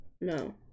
No